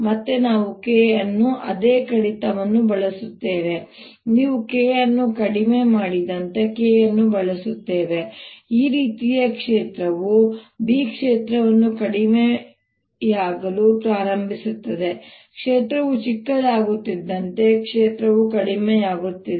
ಮತ್ತೆ ನಾವು K ಅನ್ನು ಅದೇ ಕಡಿತವನ್ನು ಬಳಸುತ್ತೇವೆ ನೀವು K ಅನ್ನು ಕಡಿಮೆ ಮಾಡಿದಂತೆ K ಅನ್ನು ಬಳಸುತ್ತೇವೆ ಈ ರೀತಿಯ ಕ್ಷೇತ್ರವು B ಕ್ಷೇತ್ರವು ಕಡಿಮೆಯಾಗಲು ಪ್ರಾರಂಭಿಸುತ್ತದೆ ಕ್ಷೇತ್ರವು ಚಿಕ್ಕದಾಗುತ್ತಿದ್ದಂತೆ ಕ್ಷೇತ್ರವು ಕಡಿಮೆಯಾಗುತ್ತದೆ